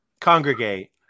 congregate